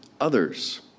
others